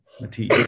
Mati